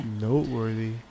noteworthy